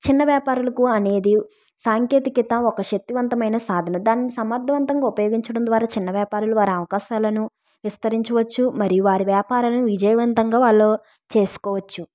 చిన్న వ్యాపారులకు అనేది సాంకేతికత ఒక శక్తివంతమైన సాధన దాని సమర్థవంతంగా ఉపయోగించడం ద్వారా చిన్న వ్యాపారులు వారి అవకాశాలను విస్తరించవచ్చు మరియు వారి వ్యాపారాలను విజయవంతంగా వాళ్ళు చేసుకోవచ్చు